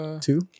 two